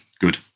Good